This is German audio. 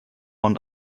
und